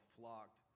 flocked